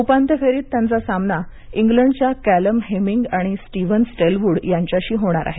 उपांत्य फेरीत त्यांचा सामना इंग्लंडच्या कॅलम हेमिंग आणि स्टीव्हन स्टेलवूड यांच्याशी होणार आहे